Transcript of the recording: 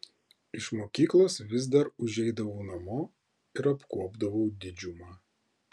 iš mokyklos vis dar užeidavau namo ir apkuopdavau didžiumą